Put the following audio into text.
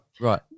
right